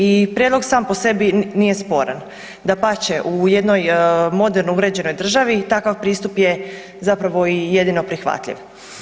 I prijedlog sam po sebi nije sporan, dapače u jednoj moderno uređenoj državi takav pristup je zapravo i jedino prihvatljiv.